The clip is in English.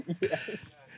yes